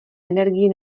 energii